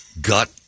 gut